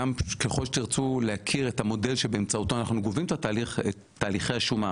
גם ככל שתרצו להכיר את המודל שבאמצעותו אנחנו גובים את תהליכי השומה,